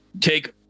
take